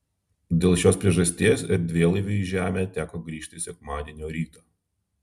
dėl šios priežasties erdvėlaiviui į žemę teko grįžti sekmadienio rytą